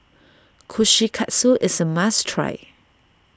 Kushikatsu is a must try